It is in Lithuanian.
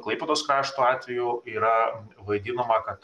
klaipėdos krašto atveju yra vaidinama kad